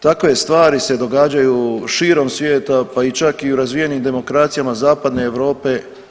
Takve stvari se događaju širom svijeta pa i čak i u razvijenim demokracijama Zapadne Europe.